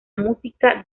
música